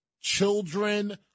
Children